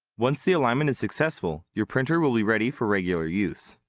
once the alignment is successful your printer will be ready for regular use.